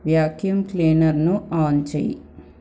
vacuum క్లీనర్ను on చెయ్యి